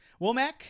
Womack